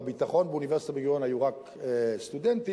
בביטחון באוניברסיטת בן-גוריון היו רק סטודנטים,